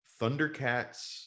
Thundercats